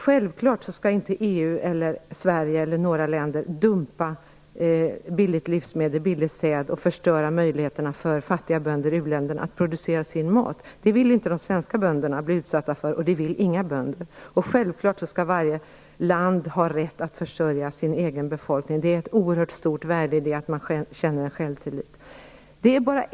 Självklart skall varken EU eller Sverige - och inte heller några andra länder - dumpa billiga livsmedel och billig säd och därmed förstöra möjligheterna för fattiga bönder i u-länderna att producera sin mat. Något sådant vill de svenska bönderna - och för den delen inga bönder - inte bli utsatta för. Självklart skall varje land ha rätt att försörja sin egen befolkning. Det ligger ett oerhört stort värde i att man känner självtillit.